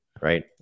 right